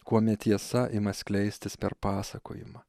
kuomet tiesa ima skleistis per pasakojimą